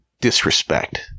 disrespect